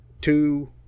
Two